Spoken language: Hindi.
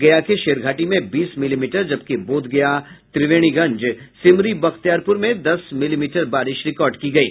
गया के शेरघाटी में बीस मिलीमीटर जबकि बोधगया त्रिवेणीगंज सिमरी बख्तियारपुर में दस मिलीमीटर बारिश रिकॉर्ड की गयी